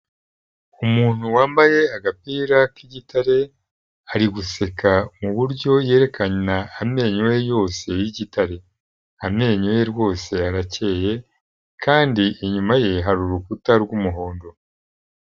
Umuntu wambaye agapira k'igitare ari guseka mu buryo yerekana amenyo ye yose y'igitare. Amenyo ye rwose arakeye kandi inyuma ye hari urukuta rw'umuhondo.